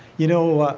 you know,